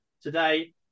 today